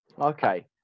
Okay